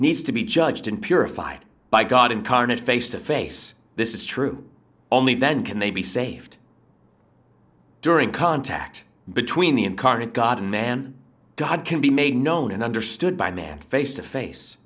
needs to be judged in purified by god incarnate face to face this is true only then can they be saved during contact between the incarnate god and man god can be made known and understood by man face to face